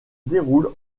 déroule